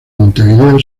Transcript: montevideo